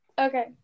Okay